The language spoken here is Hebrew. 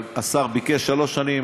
אבל השר ביקש לשלוש שנים.